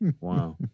Wow